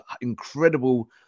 incredible